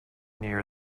near